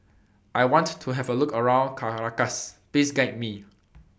I want to Have A Look around Caracas Please Guide Me